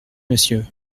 monsieur